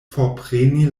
forpreni